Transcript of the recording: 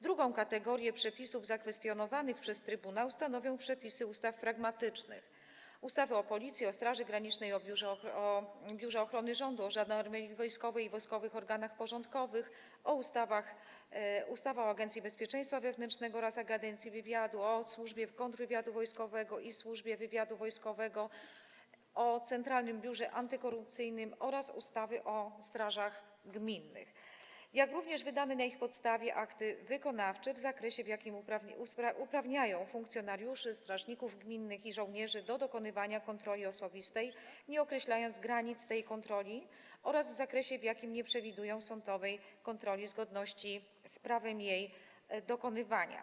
Drugą kategorię przepisów zakwestionowanych przez trybunał stanowią przepisy ustaw pragmatycznych - ustaw: o Policji, o Straży Granicznej, o Biurze Ochrony Rządu, o Żandarmerii Wojskowej i wojskowych organach porządkowych, o Agencji Bezpieczeństwa Wewnętrznego oraz Agencji Wywiadu, o Służbie Kontrwywiadu Wojskowego oraz Służbie Wywiadu Wojskowego, o Centralnym Biurze Antykorupcyjnym oraz o strażach gminnych - jak również wydane na ich podstawie akty wykonawcze w zakresie, w jakim uprawniają funkcjonariuszy, strażników gminnych i żołnierzy do dokonywania kontroli osobistej, nie określając granic tej kontroli, oraz w zakresie, w jakim nie przewidują sądowej kontroli zgodności z prawem jej dokonywania.